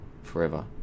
forever